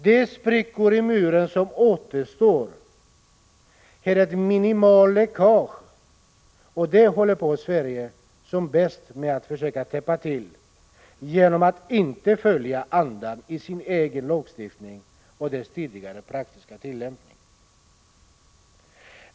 De sprickor i muren som återstår är ett minimalt läckage, och det håller Sverige som bäst på med att täppa till genom att inte följa andan i sin egen lagstiftning och dess tidigare praktiska tillämpning.